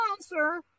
sir